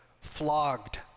flogged